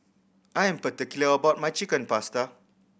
I am particular about my Chicken Pasta